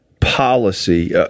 policy